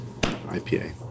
IPA